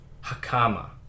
hakama